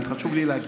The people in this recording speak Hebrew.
חשוב לי להגיד.